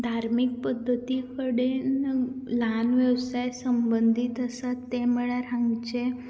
धार्मीक पद्दती कडेन ल्हान वेवसाय संबंदीत आसात ते म्हणल्यार हांगाचे